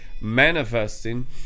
manifesting